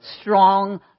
strong